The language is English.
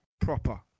proper